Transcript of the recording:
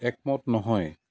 একমত নহয়